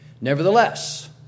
Nevertheless